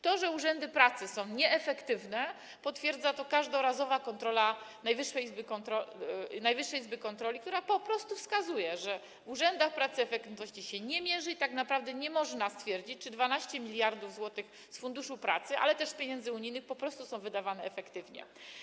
To, że urzędy pracy są nieefektywne, potwierdza każdorazowa kontrola Najwyższej Izby Kontroli, która po prostu wskazuje, że w urzędach pracy efektywności się nie mierzy i tak naprawdę nie można stwierdzić, czy 12 mld zł z Funduszu Pracy, ale też pieniądze unijne są po prostu wydawane efektywnie.